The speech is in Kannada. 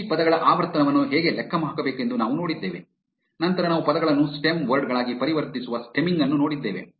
ಈ ಪದಗಳ ಆವರ್ತನವನ್ನು ಹೇಗೆ ಲೆಕ್ಕ ಹಾಕಬೇಕೆಂದು ನಾವು ನೋಡಿದ್ದೇವೆ ನಂತರ ನಾವು ಪದಗಳನ್ನು ಸ್ಟೆಮ್ ವರ್ಡ್ ಗಳಾಗಿ ಪರಿವರ್ತಿಸುವ ಸ್ಟೆಮ್ಮಿಂಗ್ ಅನ್ನು ನೋಡಿದ್ದೇವೆ